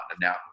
Now